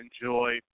enjoy